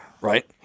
Right